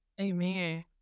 Amen